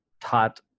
taught